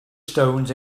stones